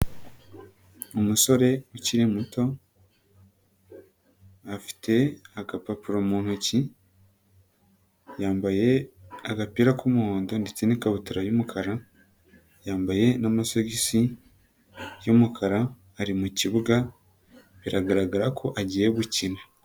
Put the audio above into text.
Umusore ukiri muto afite agapapuro mu ntoki, yambaye agapira k'umuhondo ndetse n'ikabutura y'umukara yambaye n'amasogisi y'umukara ari mu kibuga biragaragara ko agiye gukina.